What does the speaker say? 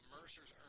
Mercer's